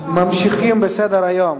ממשיכים בסדר-היום.